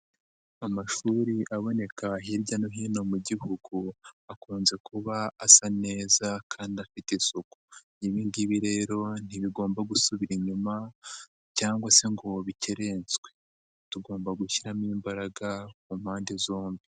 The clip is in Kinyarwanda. Amashuri aboneka hirya no hino mu gihugu akunze kuba asa neza kandi afite isuku, ibi ngibo rero ntibigomba gusubira inyuma cyangwa se ngo bikerenswe, tugomba gushyiramo imbaraga mu mpande zombi.